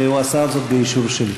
והוא עשה זאת באישור שלי.